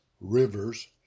rivers